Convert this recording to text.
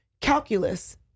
calculus